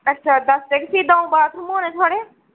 अच्छा दस्स एह् क फ्ही द'ऊं बाथरूम होने थुआढ़े